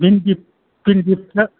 भिनदि तिन केजि सो